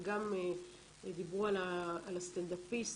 וגם דיברו על הסטנדאפיסט.